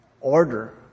order